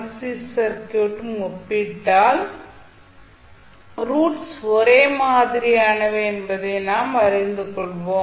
C circuit யும் ஒப்பிட்டால் roots ஒரே மாதிரியானவை என்பதை நாம் அறிந்து கொள்வோம்